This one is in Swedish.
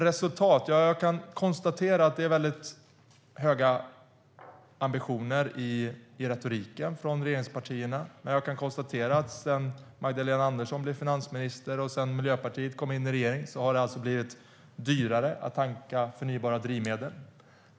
Det är höga ambitioner i regeringspartiernas retorik, men sedan Magdalena Andersson blev finansminister och Miljöpartiet kom in i regeringen har det blivit dyrare att tanka förnybara drivmedel.